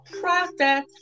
Process